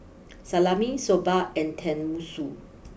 Salami Soba and Tenmusu